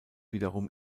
wiederum